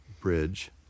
bridge